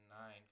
nine